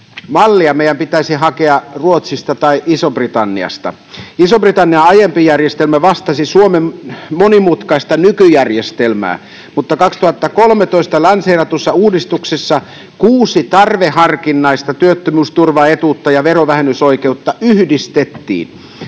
Mallia meidän pitäisi hakea Ruotsista tai Isosta-Britanniasta. Ison-Britannian aiempi järjestelmä vastasi Suomen monimutkaista nykyjärjestelmää, mutta 2013 lanseeratussa uudistuksessa kuusi tarveharkintaista työttömyysturvaetuutta ja verovähennysoikeutta yhdistettiin.